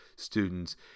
students